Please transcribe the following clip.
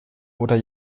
oder